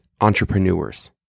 entrepreneurs